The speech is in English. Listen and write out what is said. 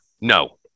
No